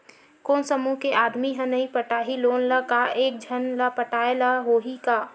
कोन समूह के आदमी हा नई पटाही लोन ला का एक झन ला पटाय ला होही का?